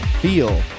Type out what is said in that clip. Feel